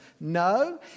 No